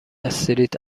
استریت